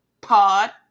pod